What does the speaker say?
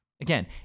Again